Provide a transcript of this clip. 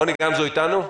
בוקר טוב, רוני.